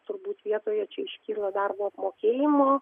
turbūt vietoje čia iškyla darbo apmokėjimo